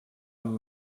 amb